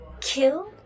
kill